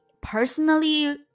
personally